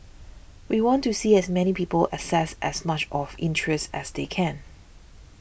we want to see as many people access as much of interest as they can